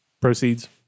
proceeds